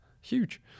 huge